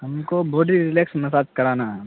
ہم کو body relax massage کرانا ہے